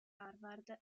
harvard